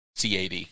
CAD